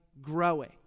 growing